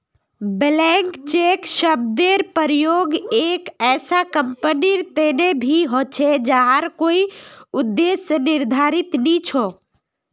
blank cheque शब्देर प्रयोग एक ऐसा कंपनीर तने भी ह छे जहार कोई उद्देश्य निर्धारित नी छ